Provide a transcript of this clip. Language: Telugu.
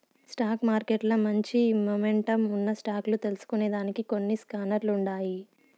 స్టాక్ మార్కెట్ల మంచి మొమెంటమ్ ఉన్న స్టాక్ లు తెల్సుకొనేదానికి కొన్ని స్కానర్లుండాయి